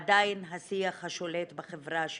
ועדיין השיח השולט בחברה שלי,